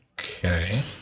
Okay